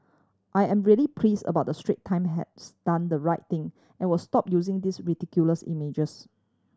I am really please about the Strait Time has done the right thing and will stop using these ridiculous images